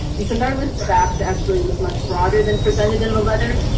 because our list of asks actually was much broader than presented in the letter.